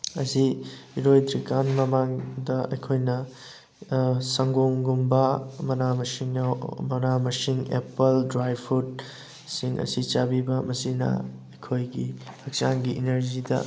ꯑꯁꯤ ꯏꯔꯣꯏꯗ꯭ꯔꯤꯀꯥꯟ ꯃꯃꯥꯡꯗ ꯑꯩꯈꯣꯏꯅ ꯁꯪꯒꯣꯝꯒꯨꯝꯕ ꯃꯅꯥ ꯃꯁꯤꯡ ꯃꯅꯥ ꯃꯁꯤꯡ ꯑꯦꯄꯜ ꯗ꯭ꯔꯥꯏ ꯐꯨꯗ ꯁꯤꯡ ꯑꯁꯤ ꯆꯥꯕꯤꯕ ꯃꯁꯤꯅ ꯑꯩꯈꯣꯏꯒꯤ ꯍꯛꯆꯥꯡꯒꯤ ꯏꯅꯔꯖꯤꯗ